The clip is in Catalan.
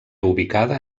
ubicada